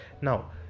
now